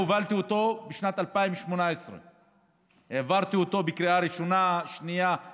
הובלתי אותו בשנת 2018 והעברתי אותו בקריאה טרומית,